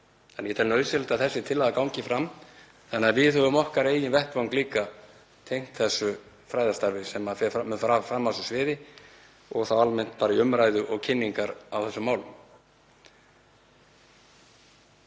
Ég tel nauðsynlegt að þessi tillaga gangi fram þannig að við höfum okkar eigin vettvang líka tengdan því fræðastarfi sem fer fram á þessu sviði og þá almennt í umræðu og kynningum á þessum málum.